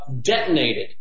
detonated